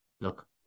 look